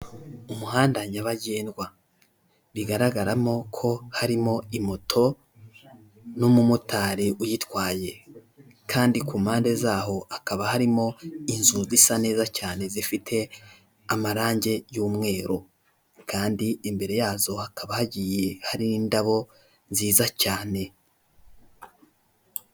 Umuhanda nyabagendwa, bigaragara ko harimo imoto n'umumotari uyitwaye, kandi kumpande zaho hakaba harimo inzu zisaza neza cyane zifite amarange y'umweru, kandi imbere yazo hakaba hagiye hari indabo nziza cyane.